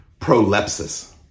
prolepsis